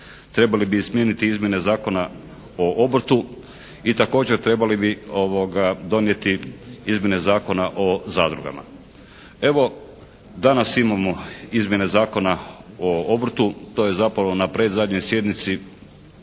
trebali bi izmijeniti izmjene Zakona o obrtu i također trebali bi donijeti izmjene Zakona o zadrugama. Evo danas imamo izmjene Zakona o obrtu, to je zapravo na predzadnjoj sjednici